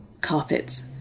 carpets